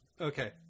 Okay